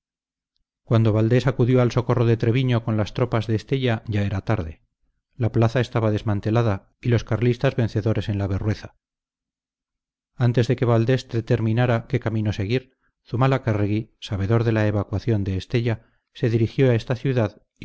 cuando valdés acudió al socorro de treviño con las tropas de estella ya era tarde la plaza estaba desmantelada y los carlistas vencedores en la berrueza antes de que valdés determinara qué camino seguir zumalacárregui sabedor de la evacuación de estella se dirigió a esta ciudad